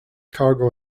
cargo